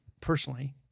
personally—